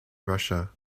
russia